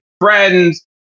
friends